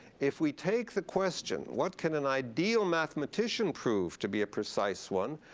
if we take the question, what can an ideal mathematician prove to be a precise one?